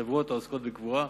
העוסקות בקבורה.